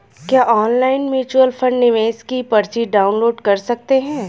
क्या online mutual fund निवेश की पर्ची डाउनलोड कर सकते हैं?